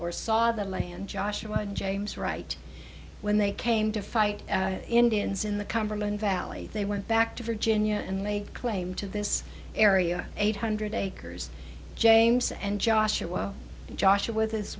or saw the land joshua james right when they came to fight indians in the come from one valley they went back to virginia and they claim to this area eight hundred acres james and joshua joshua with his